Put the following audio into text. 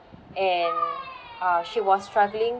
and uh she was struggling